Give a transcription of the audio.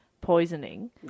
poisoning